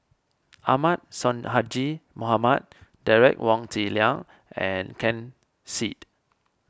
Ahmad Sonhadji Mohamad Derek Wong Zi Liang and Ken Seet